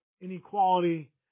inequality